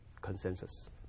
consensus